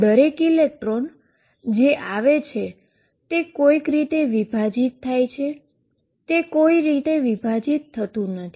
દરેક ઇલેક્ટ્રોન છે જે આવે છે તે કોઈક રીતે વિભાજિત થાય છે પરંતુ તે કોઈક રીતે ડીવાઈડ થતું નથી